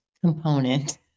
component